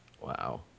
wow